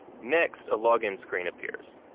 next, a log-in screen appears.